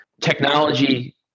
Technology